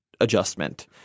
adjustment